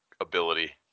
ability